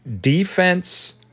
defense